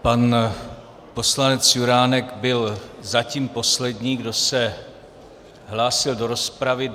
Pan poslanec Juránek byl zatím poslední, kdo se hlásil do rozpravy.